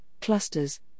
clusters